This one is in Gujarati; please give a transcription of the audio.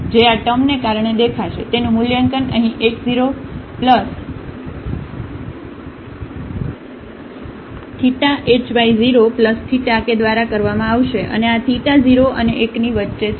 જે આ ટર્મને કારણે દેખાશે તેનું મૂલ્યાંકનઅહીં x 0 θ h y 0 θ કે દ્વારા કરવામાં આવશે અને આ θ 0 અને 1 ની વચ્ચે છે